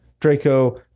Draco